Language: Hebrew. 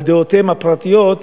על דעותיהם הפרטיות,